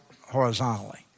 horizontally